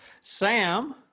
sam